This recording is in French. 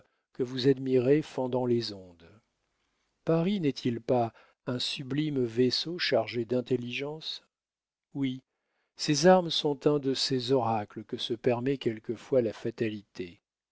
que vous admirez fendant les ondes paris n'est-il pas un sublime vaisseau chargé d'intelligence oui ses armes sont un de ces oracles que se permet quelquefois la fatalité